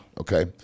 Okay